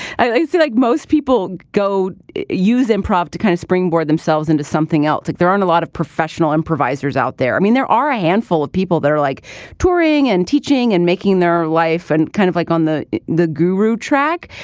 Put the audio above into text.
i think like most people go use improv to kind of springboard themselves into something else. like there aren't a lot of professional improvisers out there. i mean there are a handful of people that are like touring and teaching and making their life and kind of like on the the guru track.